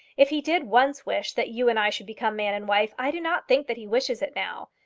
if he did once wish that you and i should become man and wife, i do not think that he wishes it now.